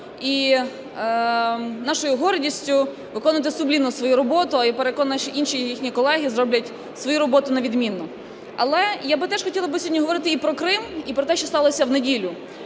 і нашою гордістю, виконувати сумлінно свою роботу. Я переконана, що й інші їхні колеги зроблять свою роботу на відмінно. Але я би теж хотіла сьогодні говорити і про Крим, і про те, що сталося в неділю.